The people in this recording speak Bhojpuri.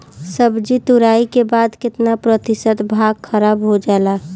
सब्जी तुराई के बाद केतना प्रतिशत भाग खराब हो जाला?